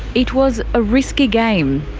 it was a risky game.